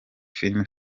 film